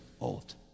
old